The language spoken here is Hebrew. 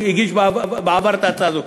שהגיש בעבר את ההצעה הזאת,